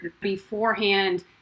beforehand